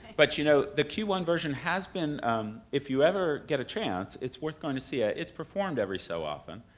but you know the q one version has been if you ever get a chance, it's worth going to see it. ah it's performed every so often.